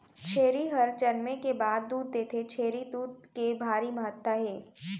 छेरी हर जनमे के बाद दूद देथे, छेरी दूद के भारी महत्ता हे